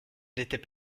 n’était